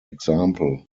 example